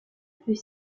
peut